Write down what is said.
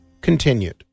continued